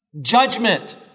judgment